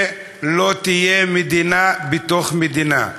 שלא תהיה מדינה בתוך מדינה.